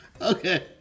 Okay